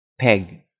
peg